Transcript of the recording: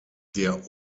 der